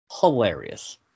Hilarious